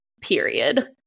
period